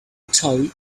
tully